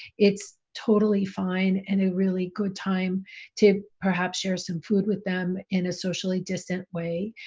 it's totally fine and a really good time to perhaps share some food with them in a socially distant way.